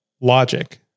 logic